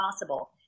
possible